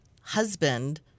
husband